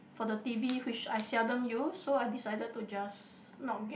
for the t_v which I seldom use so I decided to just not get